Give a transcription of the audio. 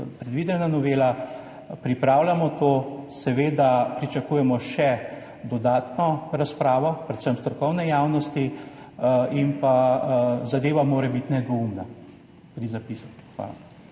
predvidena, pripravljamo to. Seveda pričakujemo še dodatno razpravo predvsem strokovne javnosti in zadeva mora biti nedvoumna pri zapisu. Hvala.